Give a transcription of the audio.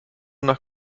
nach